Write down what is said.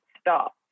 stop